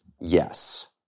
yes